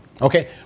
Okay